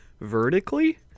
vertically